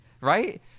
Right